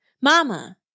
Mama